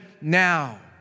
now